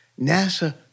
NASA